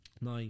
now